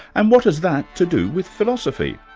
and what has that to do with philosophy?